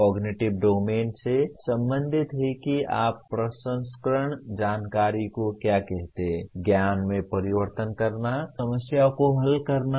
cognitive domain से संबंधित है कि आप प्रसंस्करण जानकारी को क्या कहते हैं ज्ञान में परिवर्तित करना समस्याओं को हल करना